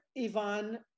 ivan